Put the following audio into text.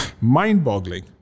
mind-boggling